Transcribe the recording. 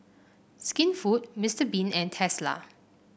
Skinfood Mister Bean and Tesla